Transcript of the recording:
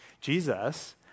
Jesus